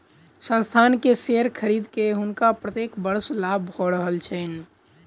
संस्थान के शेयर खरीद के हुनका प्रत्येक वर्ष लाभ भ रहल छैन